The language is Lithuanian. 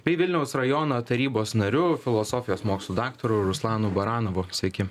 bei vilniaus rajono tarybos nariu filosofijos mokslų daktaru ruslanu baranovu sveiki